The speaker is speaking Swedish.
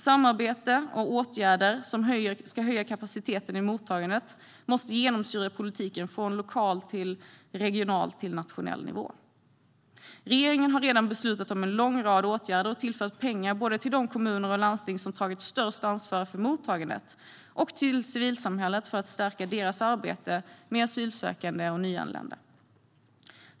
Samarbete och åtgärder som ska höja kapaciteten i mottagandet måste genomsyra politiken från lokal till regional och nationell nivå. Regeringen har redan beslutat om en lång rad åtgärder och tillfört pengar både till de kommuner och landsting som tagit störst ansvar för mottagandet och till civilsamhället för att stärka deras arbete med asylsökande och nyanlända.